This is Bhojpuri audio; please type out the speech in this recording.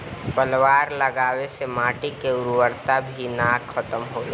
पलवार लगावे से माटी के उर्वरता भी ना खतम होला